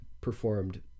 performed